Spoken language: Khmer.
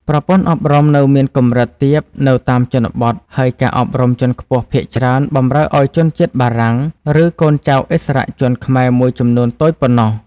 ប្រព័ន្ធអប់រំនៅមានកម្រិតទាបនៅតាមជនបទ ហើយការអប់រំជាន់ខ្ពស់ភាគច្រើនបម្រើឱ្យជនជាតិបារាំង ឬកូនចៅឥស្សរជនខ្មែរមួយចំនួនតូចប៉ុណ្ណោះ។